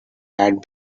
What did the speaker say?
had